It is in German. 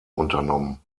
unternommen